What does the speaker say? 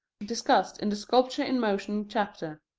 discussed in the sculpture-in-motion chapter.